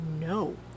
no